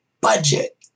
budget